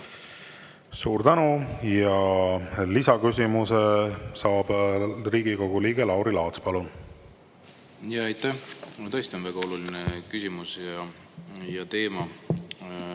Suur tänu! Lisaküsimuse saab Riigikogu liige Lauri Laats. Palun! Aitäh! Mul tõesti on väga oluline küsimus ja teema.